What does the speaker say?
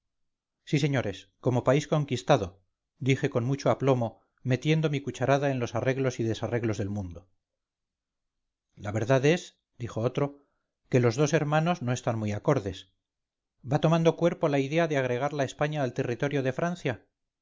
sí señores como país conquistado dije con mucho aplomo metiendo mi cucharada en los arreglos y desarreglos del mundo la verdad es dijo otro que los dos hermanos no están muy acordes va tomando cuerpo la idea de agregar la españa al territorio de francia